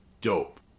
dope